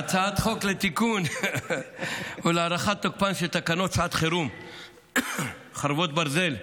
הצעת חוק לתיקון ולהארכת תוקפן של תקנות שעת חירום (חרבות ברזל)